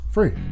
Free